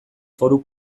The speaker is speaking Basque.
foru